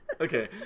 okay